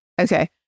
Okay